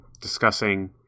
discussing